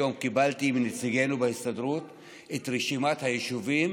היום קיבלתי מנציגינו בהסתדרות את רשימת היישובים